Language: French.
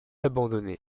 abandonnée